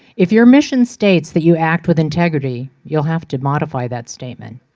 if your mission states that you act with integrity, you'll have to modify that statement.